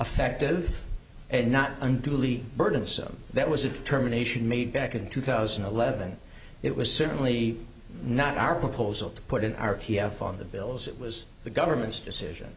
effective and not unduly burdensome that was a determination made back in two thousand and eleven it was certainly not our proposal to put in our p f on the bills it was the government's decision